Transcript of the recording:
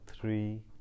three